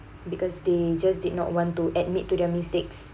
because they just did not want to admit to their mistakes